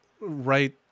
right